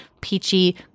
peachy